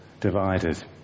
divided